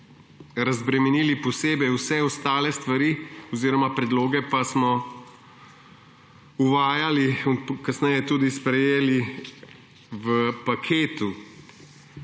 razbremenili posebej, vse ostale stvari oziroma predloge pa smo uvajali, kasneje tudi sprejeli, v paketu.